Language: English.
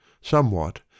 Somewhat